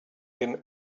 him